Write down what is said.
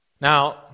Now